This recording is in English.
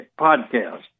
podcast